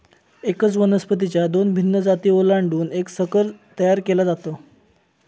एकाच वनस्पतीच्या दोन भिन्न जाती ओलांडून एक संकर तयार केला जातो